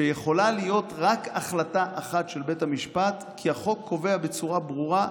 שיכולה להיות רק החלטה אחת של בית המשפט כי החוק קובע בצורה ברורה,